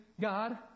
God